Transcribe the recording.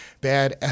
bad